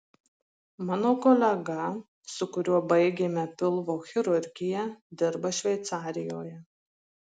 mano kolega su kuriuo baigėme pilvo chirurgiją dirba šveicarijoje